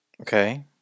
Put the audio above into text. Okay